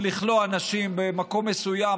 לכלוא אנשים במקום מסוים,